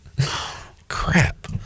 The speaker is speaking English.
crap